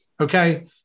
okay